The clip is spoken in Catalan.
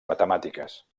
matemàtiques